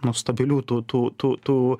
nu stabilių tų tų tų tų